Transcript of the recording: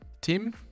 tim